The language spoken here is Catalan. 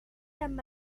amb